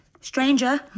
stranger